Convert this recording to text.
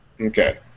Okay